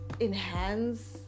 enhance